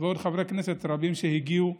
ועוד חברי כנסת רבים הגיעו,